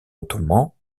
ottoman